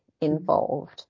involved